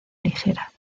ligera